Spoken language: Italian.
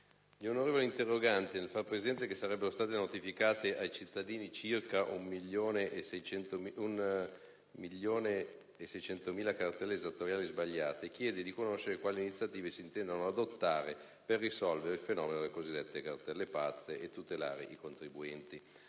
Gli onorevoli interroganti, nel far presente che sarebbero state notificate ai cittadini circa 1,6 milioni di cartelle esattoriali sbagliate, chiedono di conoscere quali iniziative si intendano adottare per risolvere il fenomeno delle cosiddette cartelle pazze e per tutelare i contribuenti.